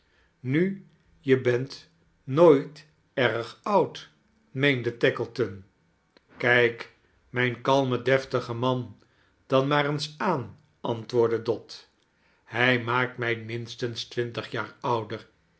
nu je bent nooit erg oud meeinde tackleton kijk mijn kalmen deftigen man dan maar eens aan antwoordde dot hij maakt mij minstens twintig jaar ouder